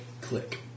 Click